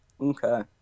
Okay